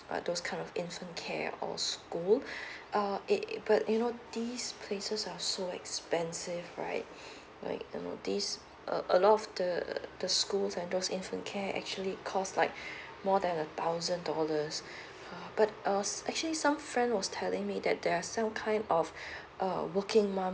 ah those kind of infant care or school um it but you know this places are so expensive right like the notice uh a lot of the the the school and those infant care actually cost like more than a thousand dollars but I was actually some friend was telling me that there are some kind of err working mum